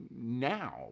now